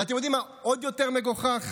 ואתם יודעים מה עוד יותר מגוחך?